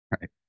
Right